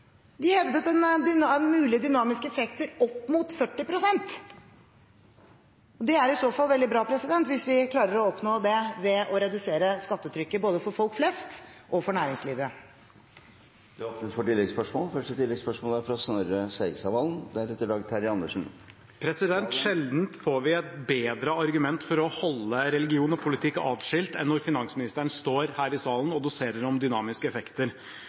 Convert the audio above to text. De hevdet mulige dynamiske effekter opp mot 40 pst. Det er i så fall veldig bra hvis vi klarer å oppnå det ved å redusere skattetrykket både for folk flest og for næringslivet. Det blir oppfølgingsspørsmål – først Snorre Serigstad Valen. Sjelden får vi et bedre argument for å holde religion og politikk adskilt enn når finansministeren står her i salen og doserer om dynamiske effekter.